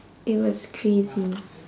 it was crazy